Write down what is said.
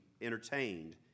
entertained